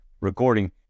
recording